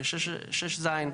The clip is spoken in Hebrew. ב-6ז.